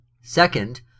Second